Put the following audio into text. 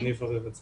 אני אברר את זה.